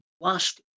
Last